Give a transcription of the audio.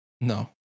No